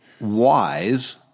wise